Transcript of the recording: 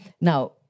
Now